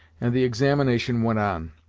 and the examination went on.